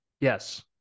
Yes